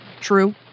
True